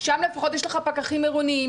שם לפחות יש לך פקחים עירוניים,